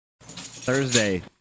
Thursday